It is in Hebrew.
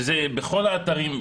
וזה בכל האתרים,